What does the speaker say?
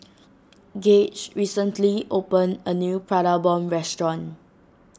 Gauge recently opened a new Prata Bomb Restaurant